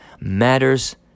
matters